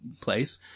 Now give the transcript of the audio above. place